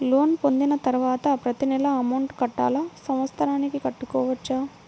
Loan పొందిన తరువాత ప్రతి నెల అమౌంట్ కట్టాలా? సంవత్సరానికి కట్టుకోవచ్చా?